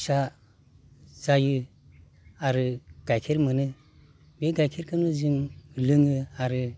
फिसा जायो आरो गाइखेर मोनो बे गाइखेरखोनो जों लोङो आरो